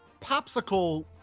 popsicle